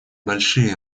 большие